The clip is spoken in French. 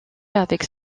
avec